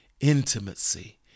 intimacy